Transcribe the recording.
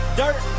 dirt